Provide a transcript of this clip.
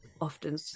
often